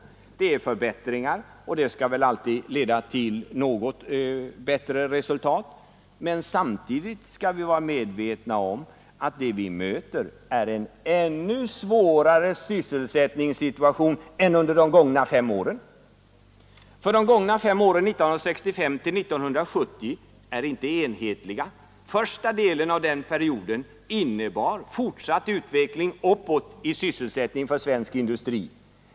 Det är förbättringar, och det skall väl alltid leda till något bättre resultat. Men samtidigt skall vi vara medvetna om att det vi möter är en ännu svårare sysselsättningssituation än under de gångna fem åren, därför att de gångna fem åren, 1965—1970, är inte enhetliga. Första delen av den perioden innebar fortsatt utveckling uppåt i sysselsättning för svensk industri.